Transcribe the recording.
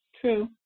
True